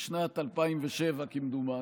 בשנת 2007 כמדומני.